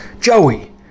joey